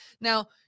Now